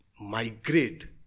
migrate